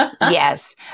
Yes